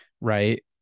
right